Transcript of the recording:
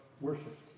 worship